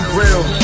real